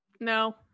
no